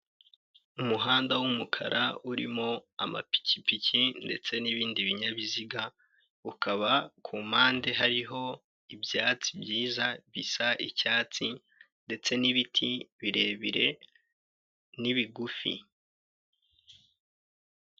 Umuhanda w'umukara, urimo amapikipiki ndetse n'ibindi binyabiziga, ukaba ku mpande hariho ibyatsi byiza bisa icyatsi, ndetse n'ibiti birebire n'ibigufi.